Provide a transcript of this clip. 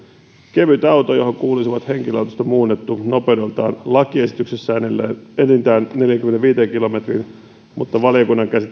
kevytauto johon kuuluisivat henkilöautosta muunnetut nopeudeltaan lakiesityksessä enintään neljäänkymmeneenviiteen kilometriin mutta valiokunnan